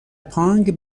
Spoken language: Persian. پانگ